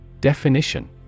Definition